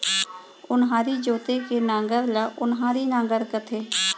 ओन्हारी जोते के नांगर ल ओन्हारी नांगर कथें